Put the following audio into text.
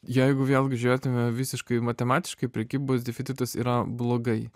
jeigu vėlgi žiūrėtume visiškai matematiškai prekybos deficitas yra blogai